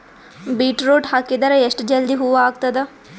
Beetroot ಹಾಕಿದರ ಎಷ್ಟ ಜಲ್ದಿ ಹೂವ ಆಗತದ?